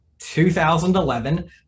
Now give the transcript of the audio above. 2011